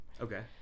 Okay